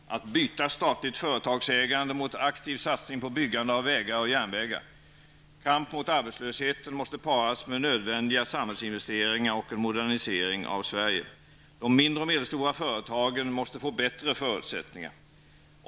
Att byta statligt företagsägande mot en aktiv satsning på byggande av vägar och järnvägar. Kampen mot arbetslösheten måste paras med nödvändiga samhällsinvesteringar och en modernisering av Sverige. De mindre och medelstora företagen måste få bättre förutsättningar.